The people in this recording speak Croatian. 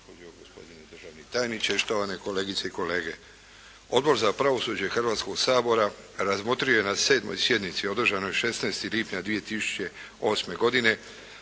Hvala vam